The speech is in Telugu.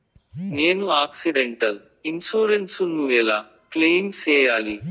నేను ఆక్సిడెంటల్ ఇన్సూరెన్సు ను ఎలా క్లెయిమ్ సేయాలి?